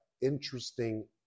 interesting